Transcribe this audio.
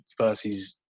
versus